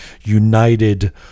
united